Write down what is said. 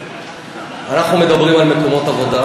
אנחנו מדברים על מקומות עבודה,